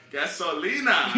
Gasolina